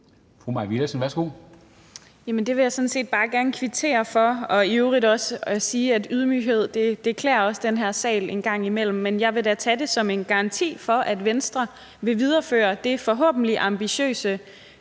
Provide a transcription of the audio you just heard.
set bare gerne kvittere for, og jeg vil i øvrigt også sige, at ydmyghed klæder den her sal en gang imellem. Men jeg vil da tage det som en garanti for, at Venstre vil videreføre det forhåbentlig ambitiøse